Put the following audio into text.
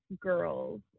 girls